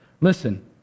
Listen